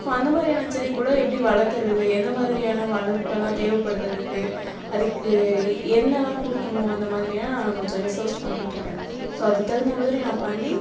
so அந்த மாதிரியான செடி கூட எப்ப்டி வளர்க்கறது எந்த மாதிரியான வளர்ப்பலாம் தேவைப்படுது அதுக்கு அதுக்கு என்னலாம் கொடுக்குணும் அந்த மாதிரியெலாம் கொஞ்சம் ரிசர்ச் பண்ணிட்டிருக்கேன் ஸோ அதுக்கு தகுந்த மாதிரி நான் பண்ணி